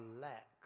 lack